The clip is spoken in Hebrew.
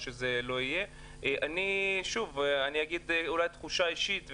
אני אגיד תחושה אישית,